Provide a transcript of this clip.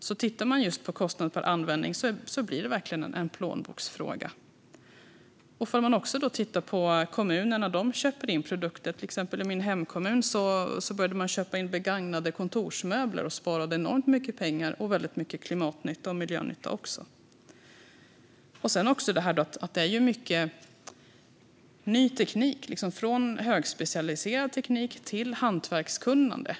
Om man tittar på just kostnad per användning ser man att det verkligen blir en plånboksfråga. Kommunerna köper också in produkter. Min hemkommun började till exempel köpa in begagnade kontorsmöbler och sparade enormt mycket pengar samt bidrog till stor klimat och miljönytta. Det handlar även mycket om ny teknik, från högspecialiserad teknik till hantverkskunnande.